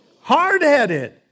Hard-headed